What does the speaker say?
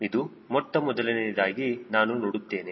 ಇದು ಮೊತ್ತಮೊದಲನೆಯದಾಗಿ ನಾನು ನೋಡುತ್ತೇನೆ